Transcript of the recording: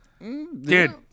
Dude